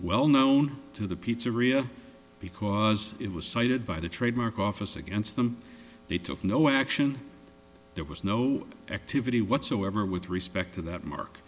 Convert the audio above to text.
well known to the pizzeria because it was cited by the trademark office against them they took no action there was no activity whatsoever with respect to that mark